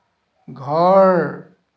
ঘৰ